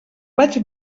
vaig